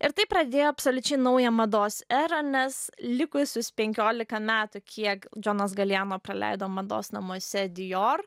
ir tai pradėjo absoliučiai naują mados erą nes likusius penkiolika metų kiek džonas galijano praleido mados namuose dijor